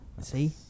see